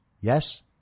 Yes